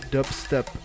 Dubstep